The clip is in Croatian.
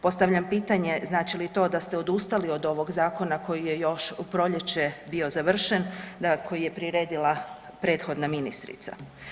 Postavljam pitanje, znači li to da ste odustali od ovog zakona koji je još u proljeće bio završen, koji je priredila prethodna ministrica?